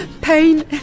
Pain